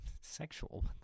sexual